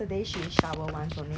比较 um